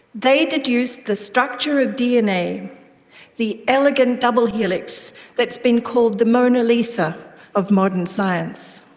they deduced the structure of dna the elegant double helix that has been called the mona lisa of modern science.